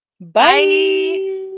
Bye